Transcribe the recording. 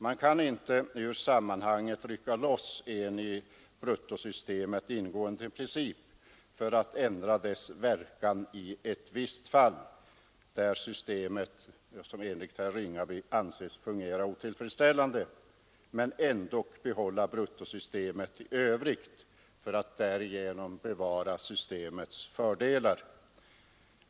Man kan inte ur sammanhanget rycka loss en i bruttosystemet ingående princip för att ändra dess verkan i ett visst fall, där systemet enligt herr Ringaby anses fungera otillfredsställande, men ändå behålla bruttosystemet i övrigt för att därigenom bevara dess fördelar.